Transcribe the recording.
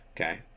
Okay